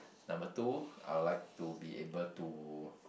number two I would like to be able to